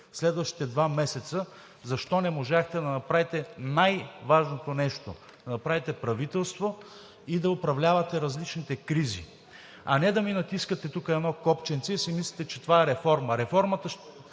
следващите два месеца: защо не можахте да направите най-важното нещо – правителство, и да управлявате различните кризи? А не да ми натискате тук едно копченце и си мислите, че това е реформа.